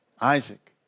Isaac